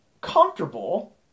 comfortable